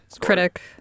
Critic